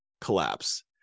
collapse